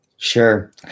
Sure